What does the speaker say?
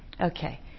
Okay